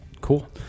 cool